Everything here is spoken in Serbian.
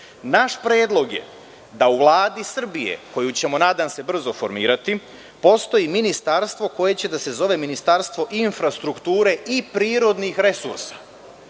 predlog je da u Vladi Srbije, koju ćemo nadam se brzo formirati, postoji Ministarstvo koje će da se zove Ministarstvo infrastrukture i prirodnih resursa,